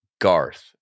Garth